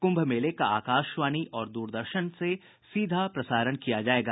कुम्भ मेले का आकाशवाणी और द्रदर्शन से सीधा प्रसारण किया जाएगा